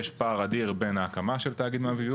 יש פער אדיר בין ההקמה של תאגיד מים וביוב